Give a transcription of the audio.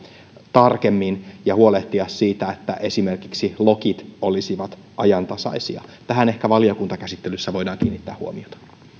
tarkemmin ja huolehtia siitä että esimerkiksi lokit olisivat ajantasaisia tähän ehkä valiokuntakäsittelyssä voidaan kiinnittää huomiota